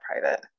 private